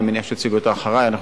אני מניח שהוא יציג אותה אחרי.